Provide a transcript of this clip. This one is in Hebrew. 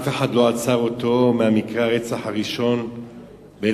אף אחד לא עצר אותו מאז מקרה הרצח הראשון ב-1997.